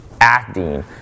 acting